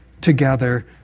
together